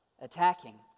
attacking